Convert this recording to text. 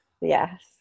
Yes